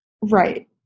Right